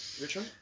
Richard